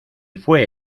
fue